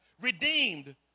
redeemed